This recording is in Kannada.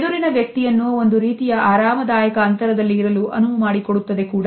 ಎದುರಿನ ವ್ಯಕ್ತಿಯನ್ನು ಒಂದು ರೀತಿಯ ಆರಾಮದಾಯಕ ಅಂತರದಲ್ಲಿ ಇರಲು ಅನುವುಮಾಡಿಕೊಡುತ್ತದೆ ಕೂಡ